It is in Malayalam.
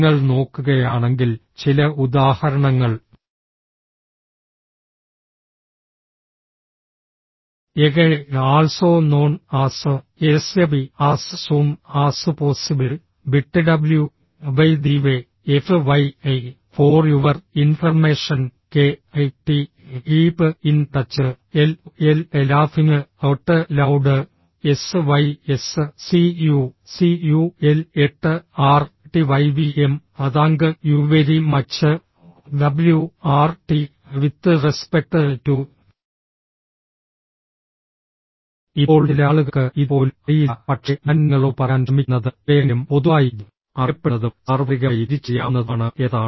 നിങ്ങൾ നോക്കുകയാണെങ്കിൽ ചില ഉദാഹരണങ്ങൾ AKA also known as ASAP as soon as possible BTW by the way F Y I for your information K I T keep in touch L O L ലാഫിങ് out loud S Y S see you see you L 8 R T Y V M thank you very much W R T with respect to ഇപ്പോൾ ചില ആളുകൾക്ക് ഇത് പോലും അറിയില്ല പക്ഷേ ഞാൻ നിങ്ങളോട് പറയാൻ ശ്രമിക്കുന്നത് ഇവയെങ്കിലും പൊതുവായി അറിയപ്പെടുന്നതും സാർവത്രികമായി തിരിച്ചറിയാവുന്നതുമാണ് എന്നതാണ്